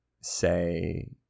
say